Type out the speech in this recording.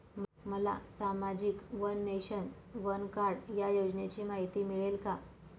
मला सामाजिक one nation, one card या योजनेची माहिती मिळेल का?